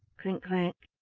clink-clank!